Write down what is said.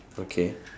okay